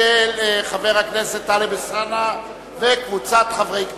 של חבר הכנסת טלב אלסאנע וקבוצת חברי הכנסת.